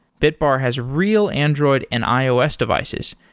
bitbar has real android and ios devices,